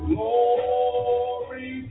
Glory